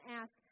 ask